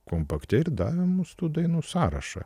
kompakte ir davė mums tą dainų sąrašą